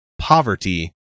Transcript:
poverty